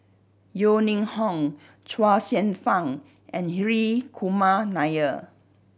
Yeo Ning Hong Chuang Hsueh Fang and Hri Kumar Nair